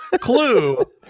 clue